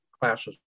classes